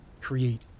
create